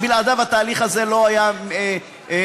ובלעדיו התהליך הזה לא היה מתקיים.